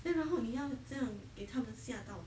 then 然后你要这样给他们吓到